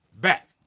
back